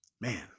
Man